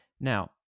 Now